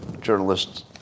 journalists